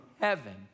heaven